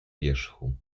wierzchu